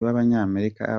b’abanyamerika